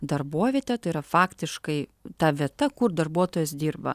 darbovietė tai yra faktiškai ta vieta kur darbuotojas dirba